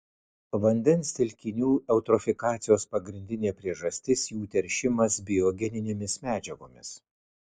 vandens telkinių eutrofikacijos pagrindinė priežastis jų teršimas biogeninėmis medžiagomis